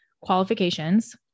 qualifications